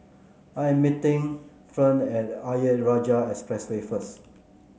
I am meeting Ferne at Ayer Rajah Expressway first